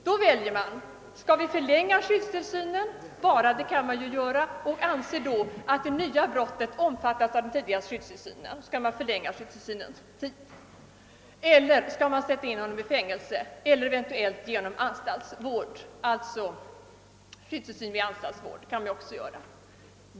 Då har domstolen att välja: Skall den enbart förlänga skyddstillsynen och anse att det nya brottet omfattas av den tidi gare skyddstillsynen eller skall man sätta in pojken i fängelse eller eventuellt ge honom behandling i anstalt?